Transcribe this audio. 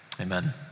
Amen